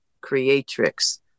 creatrix